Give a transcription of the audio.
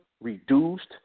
reduced